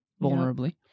vulnerably